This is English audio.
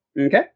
Okay